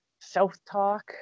self-talk